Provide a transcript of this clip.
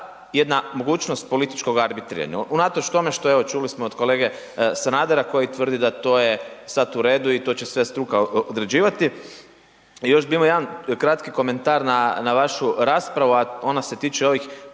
jedna mogućnost političkog arbitriranja unatoč tome što, evo čuli smo od kolege Sanadera koji tvrdi da to je sad u redu i to će sve struka određivati. Još bi imao jedan kratki komentar na, na vašu raspravu, a ona se tiče ovih